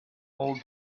all